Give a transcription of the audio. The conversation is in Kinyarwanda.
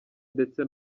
ndetse